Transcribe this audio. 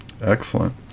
Excellent